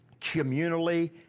communally